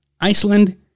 Iceland